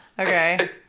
Okay